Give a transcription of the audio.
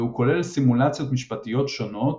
והוא כולל סימולציות משפטיות שונות